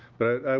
but